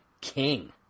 king